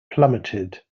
plummeted